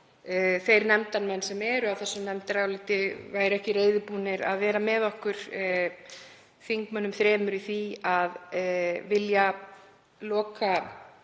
þeir nefndarmenn sem eru á þessu nefndaráliti væru reiðubúnir að vera með okkur þingmönnum þremur í því að loka